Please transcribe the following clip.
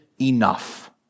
enough